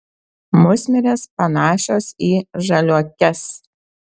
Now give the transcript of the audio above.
musmirės panašios į žaliuokes